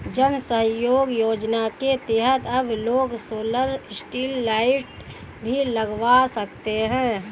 जन सहयोग योजना के तहत अब लोग सोलर स्ट्रीट लाइट भी लगवा सकते हैं